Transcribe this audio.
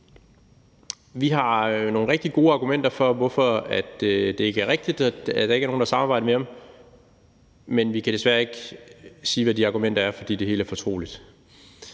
de har nogle rigtig gode argumenter for, hvorfor det ikke er rigtigt, og at der ikke er nogen, der har samarbejdet med ham, men at de desværre ikke kan sige, hvad de argumenter er, fordi det hele er fortroligt.